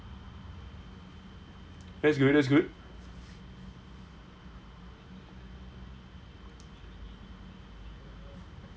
that's good that's good